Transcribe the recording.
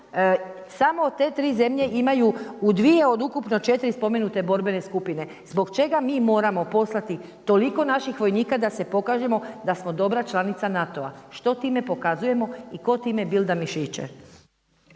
samo te tri zemlje imaju u dvije od ukupno četiri spomenute borbene skupine. Zbog čega mi moramo poslati toliko naših vojnika da se pokažemo da smo dobra članica NATO-a. Što time pokazujemo i tko time bilda mišiće?